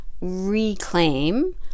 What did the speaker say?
reclaim